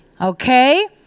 okay